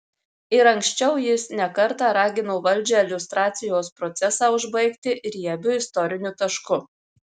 ir anksčiau jis ne kartą ragino valdžią liustracijos procesą užbaigti riebiu istoriniu tašku